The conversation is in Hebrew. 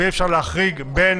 ואי-אפשר להחריג בין